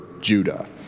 Judah